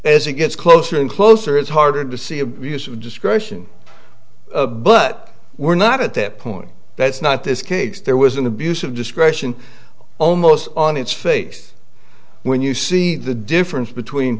as it gets closer and closer it's harder to see abuse of discretion but we're not at that point that's not this case there was an abuse of discretion almost on its face when you see the difference between